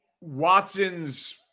Watson's